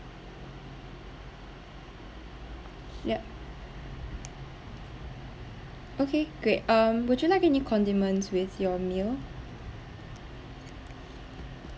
yup okay great um would you like any condiments with your meal